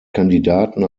kandidaten